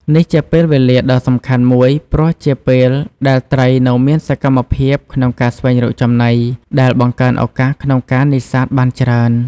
នេះជាពេលវេលាដ៏សំខាន់មួយ ព្រោះជាពេលដែលត្រីនៅមានសកម្មភាពក្នុងការស្វែងរកចំណី ដែលបង្កើនឱកាសក្នុងការនេសាទបានច្រើន។